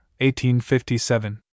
1857